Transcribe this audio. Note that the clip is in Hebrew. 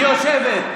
היא יושבת.